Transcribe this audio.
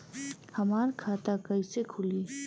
हमार खाता कईसे खुली?